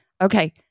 Okay